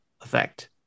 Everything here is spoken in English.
effect